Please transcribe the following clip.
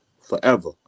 forever